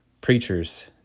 Preachers